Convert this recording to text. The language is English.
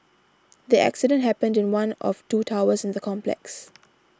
the accident happened in one of two towers in the complex